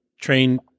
train